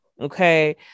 Okay